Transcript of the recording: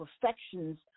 perfections